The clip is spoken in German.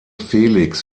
felix